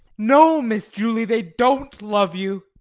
no, miss julie, they don't love you.